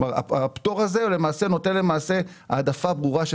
הפטור הזה נותן למעשה העדפה ברורה של